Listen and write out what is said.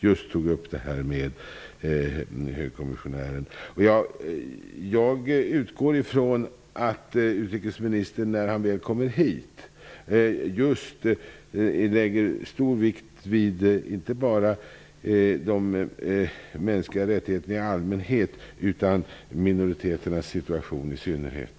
Jag utgår från att utrikesministern, när kommissarien väl kommer hit, lägger stor vikt vid inte bara de mänskliga rättigheterna i allmänhet utan minoriteternas situation i synnerhet.